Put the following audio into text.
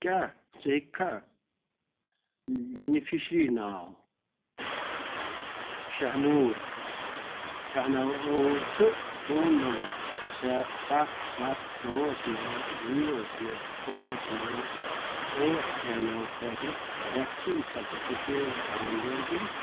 کیٛاہ ژٕ ہیٚککھا بینِفیشری ناو شاہنوٗر شاہنعوٗر تہٕ فون نمبر سہ سَتھ سَتھ پانٛژھ نَو زیٖرو ترٛےٚ پانٛژھ نَو ٲٹھ ترٛےٚ نَو خٲطرٕ ویکسیٖن سرٹِفکیٹ ڈاوُن لوڈ کٔرِتھ